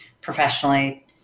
professionally